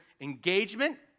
engagement